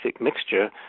mixture